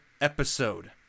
episode